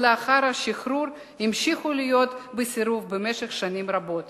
ולאחר השחרור המשיכו להיות בסירוב במשך שנים רבות.